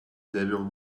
devil